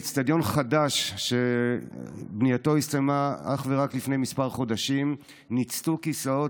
באצטדיון חדש שבנייתו הסתיימה אך ורק לפני כמה חודשים ניצתו כיסאות